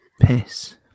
piss